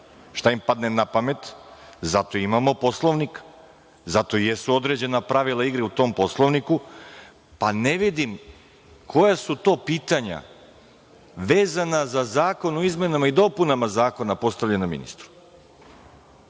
šta im padne na pamet. Zato i imamo Poslovnik. Zato i jesu određena pravila igre u tom Poslovniku, pa ne vidim koja su to pitanja vezana za zakon o izmenama i dopunama zakona postavljana